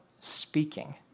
speaking